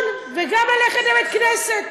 וגם ללכת לבית-כנסת